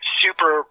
super